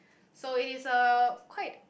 so it is a quite